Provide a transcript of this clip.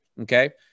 okay